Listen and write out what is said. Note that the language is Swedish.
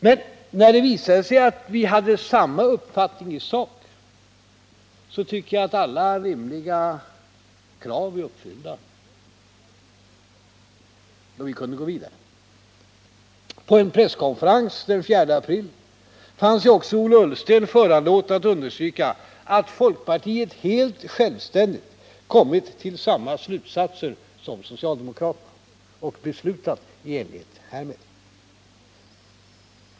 Men när det visade sig att vi då hade samma uppfattning i sak tycker jag att alla rimliga krav var uppfyllda, och vi kunde gå vidare. På en presskonferens den 4 april fann sig också Ola Ullsten föranlåten att understryka att folkpartiet helt självständigt kommit till samma slutsatser som socialdemokraterna och beslutat i enlighet härmed.